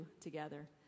together